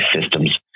systems